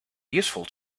useful